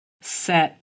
set